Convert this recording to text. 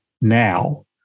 now